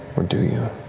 or do you?